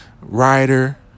writer